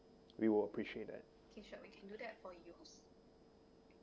we will appreciate that